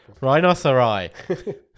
Rhinocerai